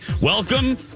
welcome